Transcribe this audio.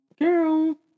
Girl